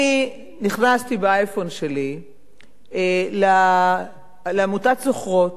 אני נכנסתי ב-IPhone שלי לעמותת "זוכרות",